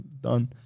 done